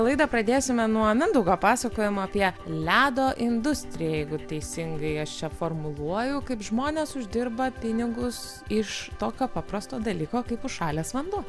laidą pradėsime nuo mindaugo pasakojimo apie ledo industriją jeigu teisingai aš čia formuluoju kaip žmonės uždirba pinigus iš tokio paprasto dalyko kaip užšalęs vanduo